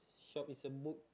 shop is a book